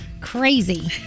Crazy